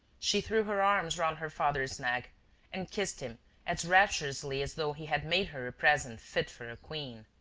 she threw her arms round her father's neck and kissed him as rapturously as though he had made her a present fit for a queen.